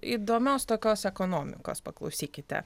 įdomios tokios ekonomikos paklausykite